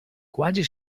kładzie